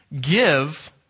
give